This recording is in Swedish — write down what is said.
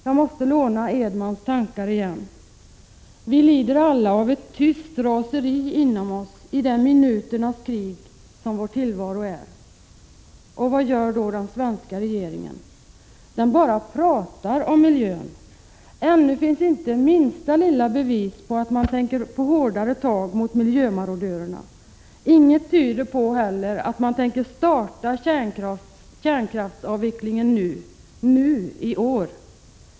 Jag måste låna Edmans tankar igen: Vi lider alla av ett tyst raseri inom oss i det minuternas krig som vår tillvaro är. Vad gör då den svenska regeringen? Den bara pratar om miljön. Ännu finns inte minsta lilla bevis på att den tänker ta hårdare tag mot miljömarodörerna. Inget tyder heller på att man tänker starta kärnkraftsavvecklingen nu i år.